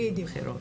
בדיוק.